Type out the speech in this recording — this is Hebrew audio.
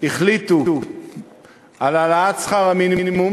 החליטו על העלאת שכר המינימום,